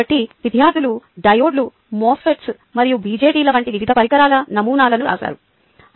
కాబట్టి విద్యార్థులు డయోడ్లు మోస్ఫెట్స్ మరియు బిజెటిల వంటి వివిధ పరికరాల నమూనాలను రాశారు